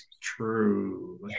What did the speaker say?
true